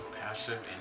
Passive